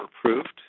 approved